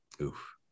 Oof